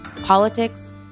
politics